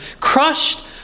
crushed